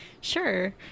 sure